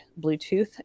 Bluetooth